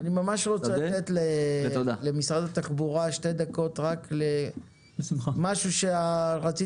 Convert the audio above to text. אני רוצה לתת למשרד התחבורה שתי דקות למשהו שרציתם